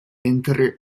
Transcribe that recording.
inter